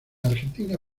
argentina